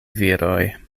viroj